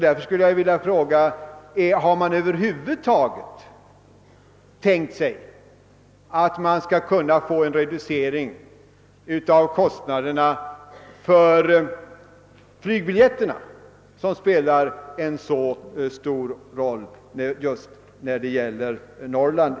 Därför skulle jag vilja fråga: Har man över huvud taget tänkt sig att få till stånd en reducering av :kostnaderna för flygbiljetterna, som spelar en så stor roll inte minst när det gäller Norrland?